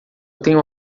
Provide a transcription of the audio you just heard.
tenho